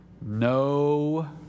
No